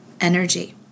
energy